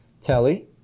telly